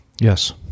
Yes